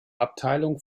abteilung